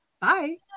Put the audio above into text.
Bye